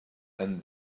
and